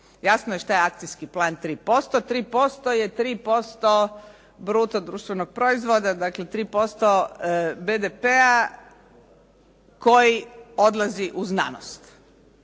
Jasno je što je akcijski plan 3%. 3% je 3% bruto društvenog proizvoda, dakle 3% BDP-a koji odlazi u znanost.